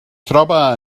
troba